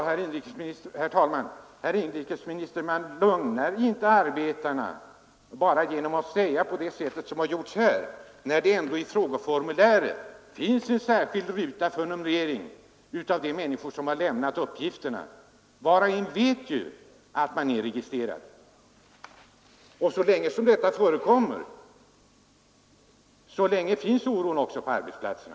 Herr talman! Herr inrikesminister, man lugnar inte arbetarna bara genom att säga det Ni sagt här, när det ändå i frågeformuläret finns en särskild ruta för numrering av de människor som lämnat uppgifterna. Var och en vet ju att man då är registrerad. Så länge detta förekommer finns också oron kvar på arbetsplatserna.